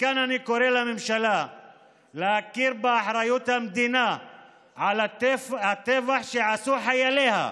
מכאן אני קורא לממשלה להכיר באחריות המדינה לטבח שעשו חייליה,